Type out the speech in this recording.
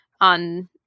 on